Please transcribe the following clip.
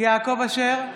יעקב אשר,